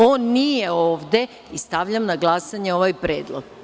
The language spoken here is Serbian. On nije ovde i stavljam na glasanje ovaj Predlog.